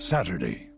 Saturday